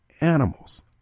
animals